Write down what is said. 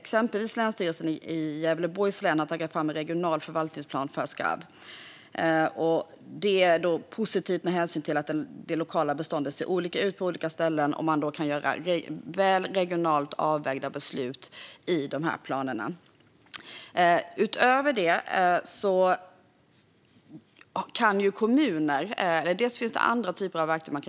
Exempelvis har länsstyrelsen i Gävleborgs län tagit fram en regional förvaltningsplan för skarv. Det är positivt med hänsyn till att det lokala beståndet ser olika ut på olika ställen och man då kan göra väl regionalt avvägda beslut i de här planerna.